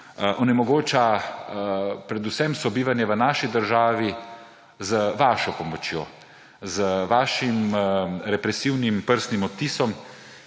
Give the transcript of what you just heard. onemogoča predvsem sobivanje v naši državi z vašo pomočjo, z vašim represivnim prstnim odtisom,